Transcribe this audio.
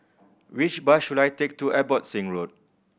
which bus should I take to Abbotsingh Road